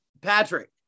Patrick